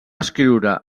escriure